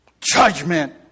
judgment